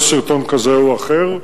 ולא סרטון כזה או אחר,